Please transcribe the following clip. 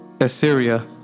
Assyria